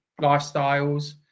lifestyles